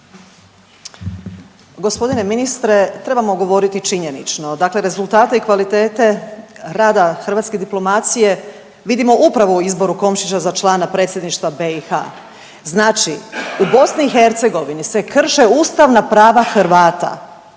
Gospodine ministre trebamo govoriti činjenično, dakle rezultati kvalitete rada hrvatske diplomacije vidimo upravo u izboru Komšića za člana predsjedništva BiH. Znači u BiH se krše ustavna prava Hrvata,